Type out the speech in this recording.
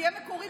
תהיה מקורי,